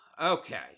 okay